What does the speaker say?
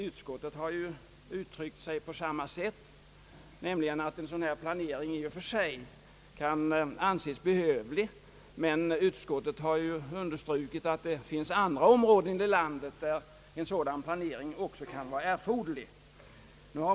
Utskottet har uttalat samma sak, nämligen att en sådan planering i och för sig kan anses behövlig, men har understrukit att det finns andra områden i landet där en planering av detta slag också kunde vara erforderlig.